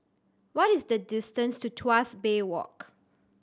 what is the distance to Tuas Bay Walk